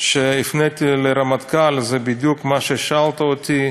שהפניתי לרמטכ"ל היא בדיוק מה ששאלת אותי.